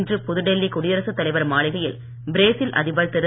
இன்று புதுடெல்லி குடியரசுத் தலைவர் மாளிகையில் பிரேசில் அதிபர் திரு